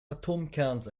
atomkerns